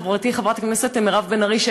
חברתי חברת הכנסת מירב בן ארי,